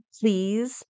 Please